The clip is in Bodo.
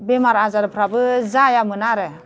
बेमार आजारफोराबो जायामोन आरो